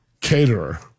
caterer